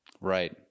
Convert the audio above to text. right